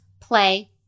play